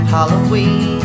Halloween